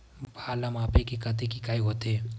भार ला मापे के कतेक इकाई होथे?